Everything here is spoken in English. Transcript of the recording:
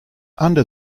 under